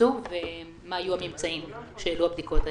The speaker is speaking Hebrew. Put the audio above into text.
שנעשו ומה היו הממצאים שהעלו הבדיקות האלו.